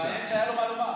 קריאה: משה אבוטבול (ש"ס):